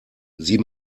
sie